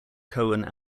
cohen